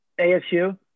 asu